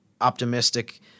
optimistic